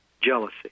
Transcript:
jealousy